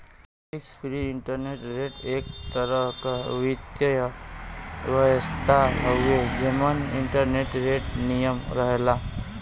risk free interest rate एक तरह क वित्तीय व्यवस्था हउवे जेमन इंटरेस्ट रेट नियत रहला